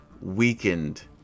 weakened